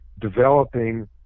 developing